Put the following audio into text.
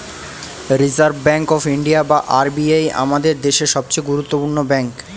reserve bank of India বা RBI আমাদের দেশের সবচেয়ে গুরুত্বপূর্ণ ব্যাঙ্ক